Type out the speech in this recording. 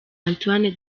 antoine